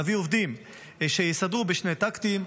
להביא עובדים שיסדרו בשני טקטים.